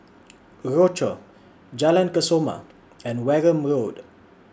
Rochor Jalan Kesoma and Wareham Road